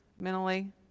mentally